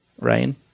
Ryan